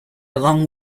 along